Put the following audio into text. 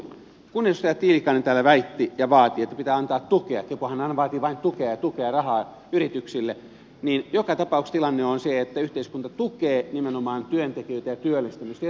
kun edustaja tiilikainen täällä väitti ja vaati että pitää antaa tukea ja kun hän aina vaatii vain tukea ja tukea rahaa yrityksille niin joka tapauksessa tilanne on se että yhteiskunta tukee nimenomaan työntekijöitä ja työllistämistä jo tänä päivänä